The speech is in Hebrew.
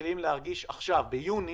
מתחילים להרגיש עכשיו, ביוני